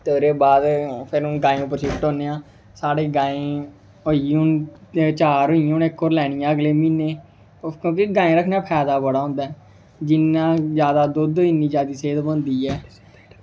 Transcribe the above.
ते ओह्दे बाद फिर गाएं उद्धर शिफ्ट होइयां आं साढ़े गाएं चार होइयां ऐहीं इक होर लैनी ऐ हून अगले म्हीनें क्योंकि गाएं रखने दा फायदा बड़ा होंदा ऐ जि'न्ना जादा दुद्ध उ'न्नी जादा सेह्त बनदी ऐ